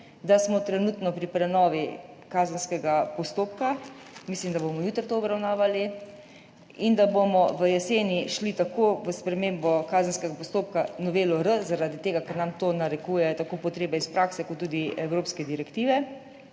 da smo trenutno pri prenovi kazenskega postopka, mislim, da bomo jutri to obravnavali, in da bomo v jeseni šli tako v spremembo kazenskega postopka, novelo R, zaradi tega ker nam to narekujejo tako potrebe iz prakse kot tudi evropske direktive,